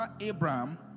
Abraham